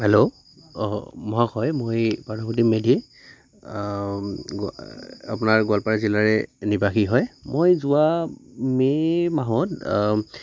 hello অঁ মহাশয় মই পাৰ্থপ্ৰতিম মেধি আপোনাৰ গোৱালপাৰা জিলাৰে নিবাসী হয় মই যোৱা মে' মাহত